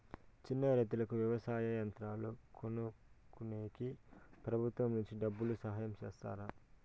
చిన్న రైతుకు వ్యవసాయ యంత్రాలు కొనుక్కునేకి ప్రభుత్వం నుంచి డబ్బు సహాయం చేస్తారా?